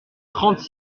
trente